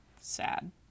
sad